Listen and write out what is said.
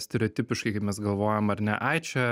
stereotipiškai kaip mes galvojam ar ne ai čia